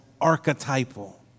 archetypal